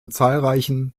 zahlreichen